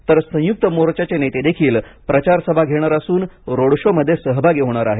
तर संयुक्त मोर्चाचे नेतेदेखील प्रचारसभा घेणार असून रोड शो मध्ये सहभागी होणार आहेत